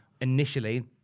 initially